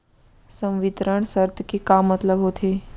संवितरण शर्त के का मतलब होथे?